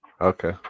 okay